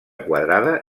quadrada